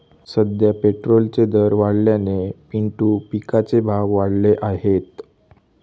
सध्या पेट्रोलचे दर वाढल्याने पिंटू पिकाचे भाव वाढले आहेत